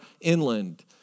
inland